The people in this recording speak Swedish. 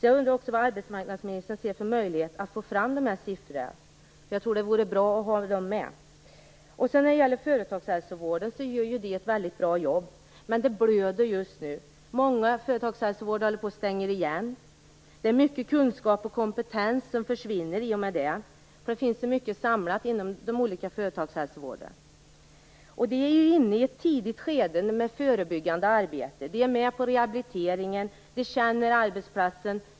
Jag undrar därför om arbetsmarknadsministern ser någon möjlighet att få fram dessa siffror. Företagshälsovården gör ett väldigt bra arbete. Men verksamheten blöder just nu. Många företagshälsovårdsenheter håller på att stänga igen. Det är mycket kunskap och kompetens som försvinner i och med detta. Det finns mycket samlad kunskap inom de olika företagshälsovårdsenheterna. Man är nu inne i ett tidigt skede och bedriver förebyggande arbete. Företagshälsovården deltar i rehabilitering och känner arbetsplatsen.